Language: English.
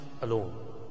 alone